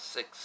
Six